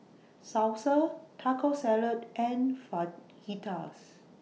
Salsa Taco Salad and Fajitas